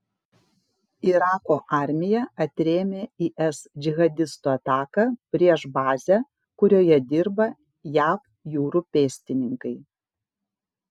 irako armija atrėmė is džihadistų ataką prieš bazę kurioje dirba jav jūrų pėstininkai